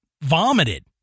vomited